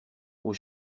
aux